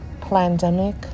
pandemic